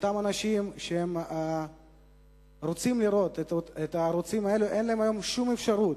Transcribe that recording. לאנשים שרוצים לראות את הערוצים האלה אין היום שום אפשרות: